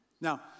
Now